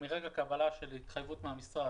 מרגע קבלת התחייבות המשרד,